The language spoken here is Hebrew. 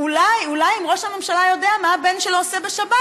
אולי אם ראש הממשלה יודע מה הבן שלו עושה בשבת,